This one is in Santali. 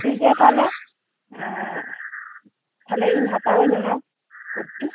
ᱴᱷᱤᱠ ᱜᱮᱭᱟ ᱛᱟᱦᱞᱮ ᱛᱟᱞᱦᱮ ᱤᱧ ᱦᱟᱛᱟᱣᱟᱹᱧ ᱚᱱᱟ ᱠᱩᱨᱛᱤ